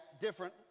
different